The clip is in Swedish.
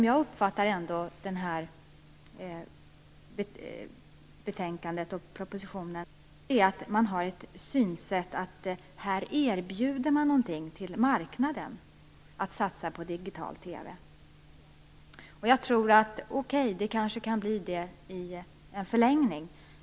Jag uppfattar synsättet i betänkandet och propositionen så att marknaden erbjuds att satsa på digital TV. Okej, det kanske blir så i en förlängning.